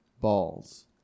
balls